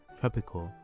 tropical